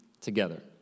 together